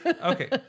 Okay